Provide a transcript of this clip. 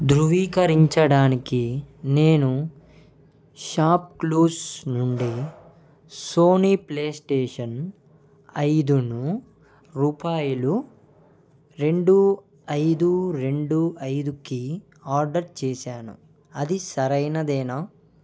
ధృవీకరించడానికి నేను షాప్క్లూస్ నుండి సోనీ ప్లే స్టేషన్ ఐదును రూపాయలు రెండు ఐదు రెండు ఐదుకి ఆర్డర్ చేశాను అది సరైనదేనా